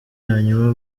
hanyuma